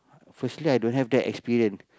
firstly i don't have that experience